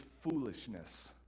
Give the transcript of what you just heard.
foolishness